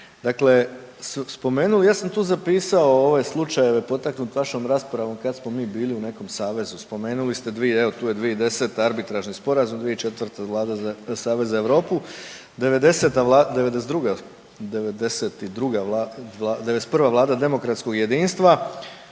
Dakle, spomenuli, ja sam tu zapisao ove slučajeve potaknut vašom raspravom kad smo mi bili u nekom savezu. Spomenuli ste, evo tu je 2010. arbitražni sporazum, 2004. vlada, savez za Europu, '90.-ta, '92. vlada, '91. vlada demokratskog jedinstva,